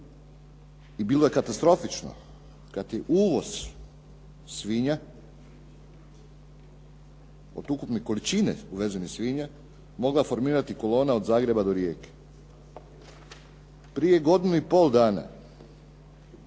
i bilo je katastrofično kad je uvoz svinja od ukupne količine uvezenih svinja mogla formirati kolona od Zagreba do Rijeke. Prije godinu i pol dana